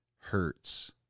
hurts